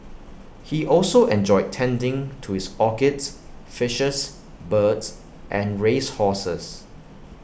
he also enjoyed tending to his orchids fishes birds and race horses